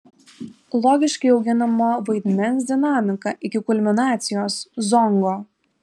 logiškai auginama vaidmens dinamika iki kulminacijos zongo